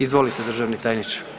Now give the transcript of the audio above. Izvolite državni tajniče.